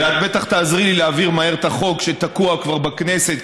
ואת בטח תעזרי לי להעביר מהר את החוק שתקוע כבר בכנסת,